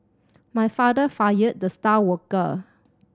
my father fired the star worker